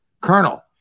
Colonel